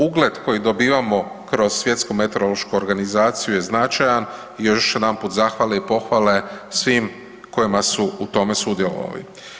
Ugled koji dobivamo kroz Svjetsku meteorološku organizaciju je značajan, još jedanput zahvale i pohvale svim kojima su u tome sudjelovali.